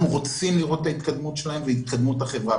אנחנו רוצים לראות את ההתקדמות שלהם ואת ההתקדמות בחברה,